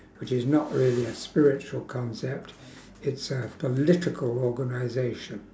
which is not really a spiritual concept it's a political organisation